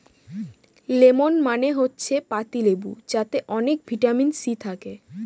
lemon মানে হচ্ছে পাতি লেবু যাতে অনেক ভিটামিন সি থাকে